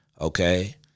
Okay